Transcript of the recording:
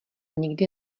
nikdy